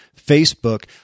Facebook